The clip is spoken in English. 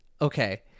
okay